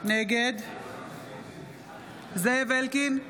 נגד זאב אלקין,